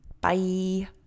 Bye